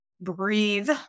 breathe